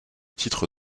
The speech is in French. titre